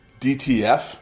DTF